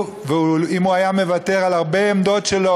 ואם הוא היה מוותר על הרבה עמדות שלו,